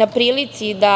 na prilici da